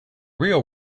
real